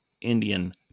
Indian